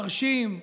מרשים,